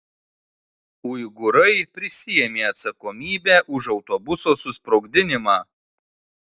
uigūrai prisiėmė atsakomybę už autobuso susprogdinimą